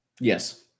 Yes